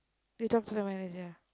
they talk to the manager ah